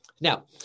Now